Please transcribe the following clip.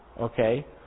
okay